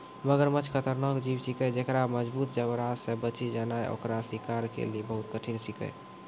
मगरमच्छ खतरनाक जीव छिकै जेक्कर मजगूत जबड़ा से बची जेनाय ओकर शिकार के लेली बहुत कठिन छिकै